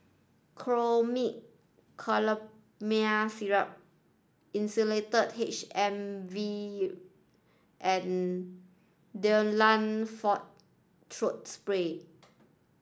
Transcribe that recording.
Chlormine Chlorpheniramine Syrup Insulatard M V and Difflam Forte Throat Spray